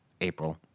April